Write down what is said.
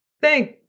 Thank